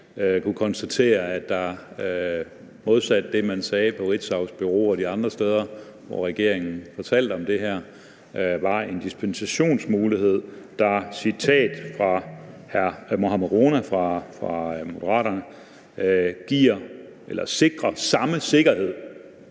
kunne konstatere, at der modsat det, man sagde på Ritzaus Bureau og de andre steder, hvor regeringen fortalte om det her, var en dispensationsmulighed, der, citat fra hr. Mohammad Rona fra Moderaterne, sikrer samme sikkerhed